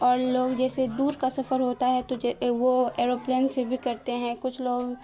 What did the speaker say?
اور لوگ جیسے دور کا سفر ہوتا ہے تو وہ ایروپلین سے بھی کرتے ہیں کچھ لوگ